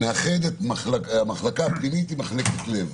נאחד את המחלקה הפנימית עם מחלקת לב.